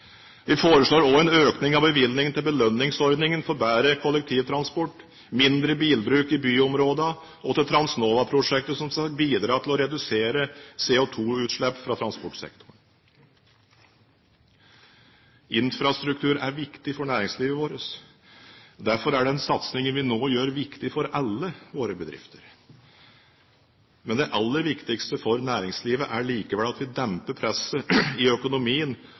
Vi foreslår også en økning av bevilgningene til belønningsordningen for bedre kollektivtransport, mindre bilbruk i byområdene og til Transnova-prosjektet som skal bidra til å redusere CO2-utslipp fra transportsektoren. Infrastruktur er viktig for næringslivet vårt. Derfor er den satsingen vi nå gjør, viktig for alle våre bedrifter. Men det aller viktigste for næringslivet er likevel at vi demper presset i økonomien